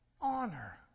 honor